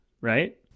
right